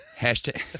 Hashtag